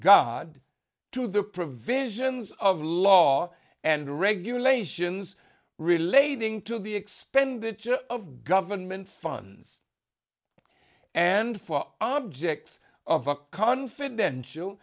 god to the provisions of law and regulations relating to the expenditure of government funds and for objects of a confidential